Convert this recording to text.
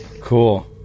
Cool